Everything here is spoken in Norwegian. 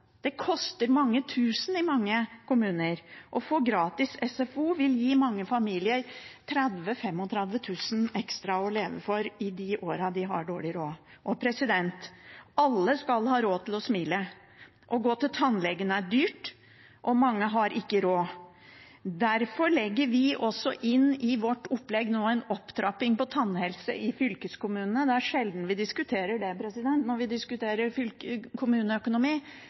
Det koster mange tusen kroner i mange kommuner. Gratis SFO vil gi mange familier 30 000–35 000 kr ekstra å leve for i de årene de har dårlig råd. Og alle skal ha råd til å smile. Å gå til tannlegen er dyrt, og mange har ikke råd. Derfor legger vi også inn i vårt opplegg nå en opptrapping på tannhelse i fylkeskommunene. Det er sjelden vi diskuterer det når vi diskuterer kommuneøkonomi,